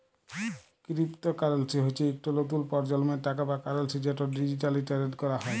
crypto currency হচ্যে ইকট লতুল পরজলমের টাকা বা কারেলসি যেট ডিজিটালি টেরেড ক্যরা হয়